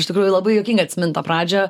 iš tikrųjų labai juokinga atsimint tą pradžią